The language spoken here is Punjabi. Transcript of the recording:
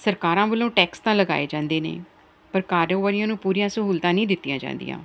ਸਰਕਾਰਾਂ ਵੱਲੋਂ ਟੈਕਸ ਤਾਂ ਲਗਾਏ ਜਾਂਦੇ ਨੇ ਪਰ ਕਾਰੋਬਾਰੀਆਂ ਨੂੰ ਪੂਰੀਆਂ ਸਹੂਲਤਾਂ ਨਹੀਂ ਦਿੱਤੀਆਂ ਜਾਂਦੀਆਂ